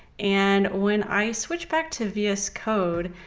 and when i switch back to vs code,